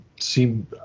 seem